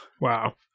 Wow